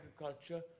agriculture